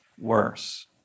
worse